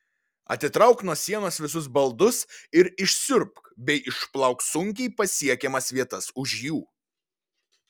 atitrauk nuo sienos visus baldus ir išsiurbk bei išplauk sunkiai pasiekiamas vietas už jų